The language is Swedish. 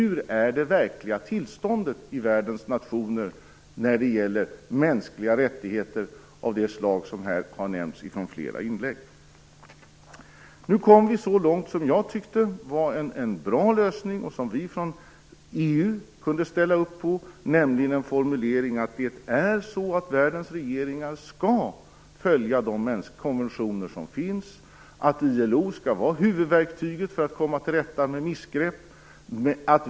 Hur är det verkliga tillståndet i världens nationer när det gäller mänskliga rättigheter av det slag som har nämnts i flera inlägg? Nu kom vi fram till en lösning som jag tyckte var bra. Vi från EU kunde ställa upp på den. Det var en formulering om att världens regeringar skall följa de konventioner som finns och att ILO skall vara huvudverktyget för att komma till rätta med missgrepp.